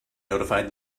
notified